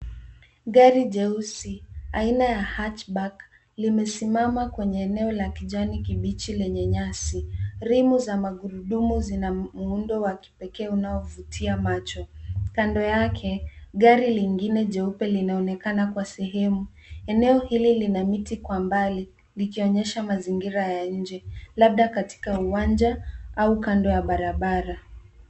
Gari jeusi aina ya hatchback limesimama kwenye eneo la kijani kibichi, lenye nyasi .Rimu za magurudumu zina muundo wa kipekee unao vutia macho. Kando yake ,gari lingine jeupe linaonekana kwa sehemu. Eneo hili lina miti kwa mbali, likionyesha mazingira ya nje. Labda katika uwanja au kando ya barabara.